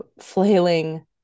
flailing